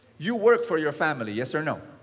you work for your family. yes or no?